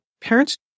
parents